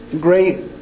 great